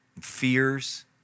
fears